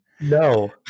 No